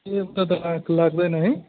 ए उता त लाक लाग्दैन है